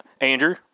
Andrew